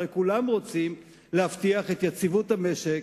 הרי כולם רוצים להבטיח את יציבות המשק,